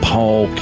Paul